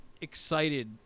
excited